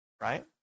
Right